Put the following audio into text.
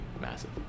massive